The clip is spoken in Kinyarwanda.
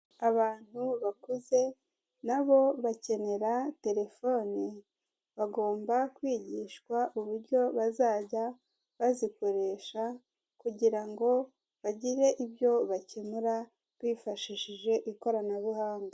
Abantu bakuze na bo bakenera telefone, bagomba kwigishwa uburyo bazajya bazikoresha kugira ngo bagire ibyo bakemura bifashishije ikoranabuhanga.